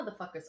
motherfuckers